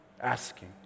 Asking